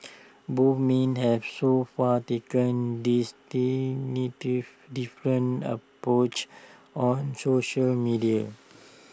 both men have so far taken different approaches on social media